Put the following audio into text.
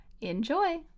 Enjoy